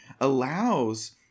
allows